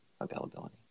availability